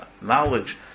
knowledge